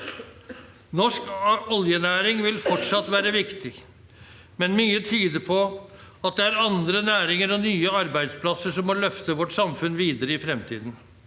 Norsk oljenæring vil fortsatt være viktig, men mye tyder på at det er andre næringer og nye arbeidsplasser som må løfte vårt samfunn videre i fremtiden.